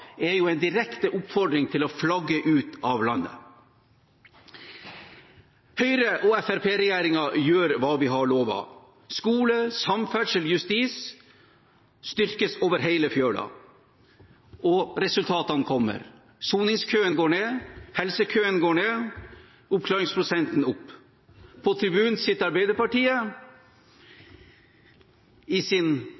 er jo en direkte oppfordring til å flagge ut av landet. Høyre–Fremskrittsparti-regjeringen gjør det den har lovet. Skole, samferdsel og justis styrkes over hele fjøla, og resultatene kommer. Soningskøene går ned, helsekøene går ned, og oppklaringsprosenten går opp. På tribunen sitter Arbeiderpartiet i sin